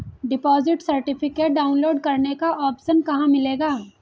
Deposit certificate download करने का option कहां मिलेगा?